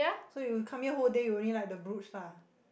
so you come here whole day you only like the brooch lah